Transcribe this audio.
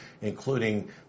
including